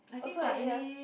also eight years